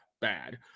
Bad